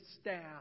staff